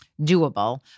doable